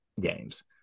games